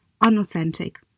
unauthentic